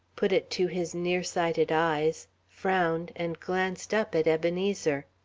put it to his nearsighted eyes, frowned, and glanced up at ebenezer.